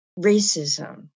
racism